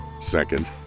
Second